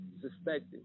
suspected